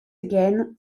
again